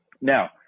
Now